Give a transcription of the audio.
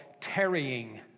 tarrying